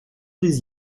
des